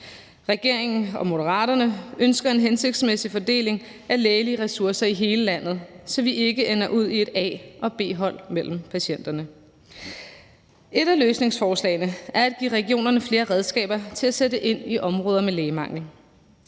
Regeringen og Moderaterne ønsker en hensigtsmæssig fordeling af lægelige ressourcer i hele landet, så vi ikke ender ud i et A-hold og et B-hold mellem patienterne. Et af løsningsforslagene er at give regionerne flere redskaber til at sætte ind i områder med lægemangel.